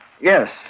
yes